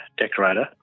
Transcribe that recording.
decorator